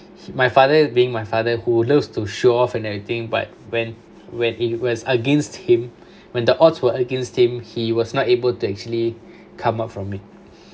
my father being my father who loves to show off and everything but when when it was against him when the odds were against him he was not able to actually come up from it